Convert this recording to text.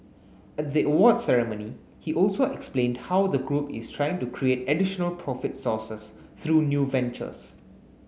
at the awards ceremony he also explained how the group is trying to create additional profit sources through new ventures